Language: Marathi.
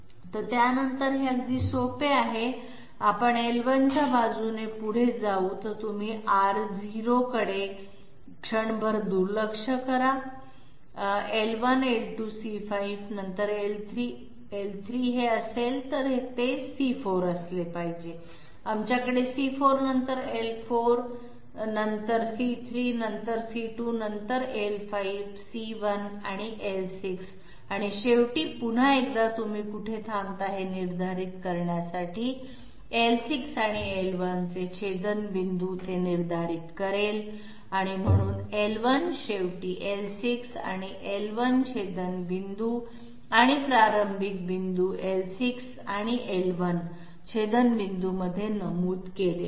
तर त्यानंतर हे अगदी सोपे आहे आपण l1 च्या बाजूने पुढे जाऊ जर तुम्ही R0 कडे क्षणभर दुर्लक्ष केले l1 l2 c5 नंतर l3 l3 हे असेल तर ते c4 असले पाहिजे आमच्याकडे c4 नंतर l4 नंतर c3 नंतर c2 नंतर l5 c1 आणि l6 आणि शेवटी पुन्हा एकदा तुम्ही कुठे थांबता हे निर्धारित करण्यासाठी l6 आणि l1 चे छेदनपॉईंट ते निर्धारित करेल म्हणून l1 शेवटी l6 आणि l1 छेदनपॉईंट आणि प्रारंभिक पॉईंट l6 आणि l1 छेदनपॉईंटमध्ये नमूद केले आहे